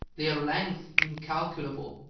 their length incalculable.